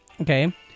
Okay